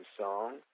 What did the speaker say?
song